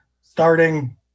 starting